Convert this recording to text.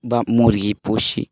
বা মুরগি পুষি